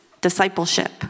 Discipleship